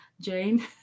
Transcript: Jane